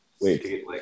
wait